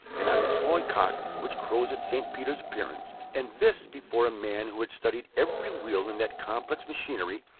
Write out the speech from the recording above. and on the toy cock, which crows at st. peter's appearance and this before a man who had studied every wheel in that complex machinery,